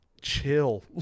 chill